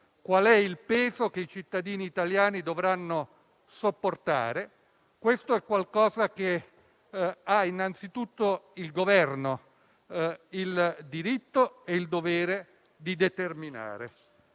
quale sia il peso che i cittadini italiani dovranno sopportare; questo è qualcosa che innanzitutto il Governo ha il diritto e il dovere di determinare.